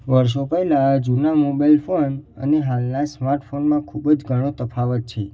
વર્ષો પહેલાં જૂના મોબાઈલ ફોન અને હાલના સ્માર્ટ ફોનમાં ખૂબ જ ઘણો તફાવત છે